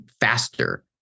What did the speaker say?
faster